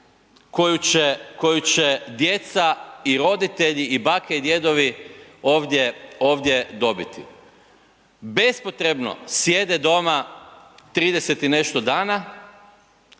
koju će djeca i roditelji i bake i djedovi ovdje dobiti. Bespotrebno sjede doma 30 i nešto dana